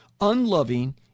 unloving